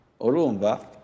Orumba